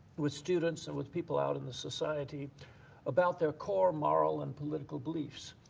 with students and with people out in the society about their core moral and political beliefs.